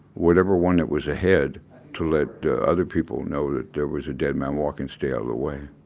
whatever one that was ahead to let the other people know that there was a dead man walking, stay of the way